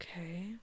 Okay